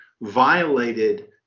violated